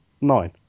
nine